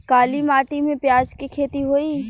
काली माटी में प्याज के खेती होई?